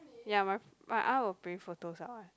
ya my my aunt will print photos out [one]